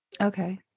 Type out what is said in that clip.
Okay